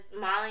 Molly